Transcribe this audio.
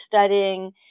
studying